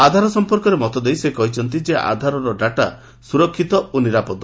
ଆଧାର ସମ୍ପର୍କରେ ମତଦେଇ ସେ କହିଛନ୍ତି ଯେ ଆଧାର ଡାଟା ସୁରକ୍ଷିତ ଓ ନିରାପଦ